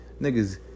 Niggas